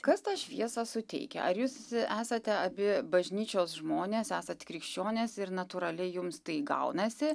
kas tą šviesą suteikia ar jūs esate abi bažnyčios žmonės esat krikščionys ir natūraliai jums tai gaunasi